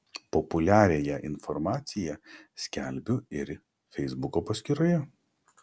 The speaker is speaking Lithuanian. populiariąją informaciją skelbiu ir feisbuko paskyroje